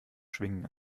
schwingen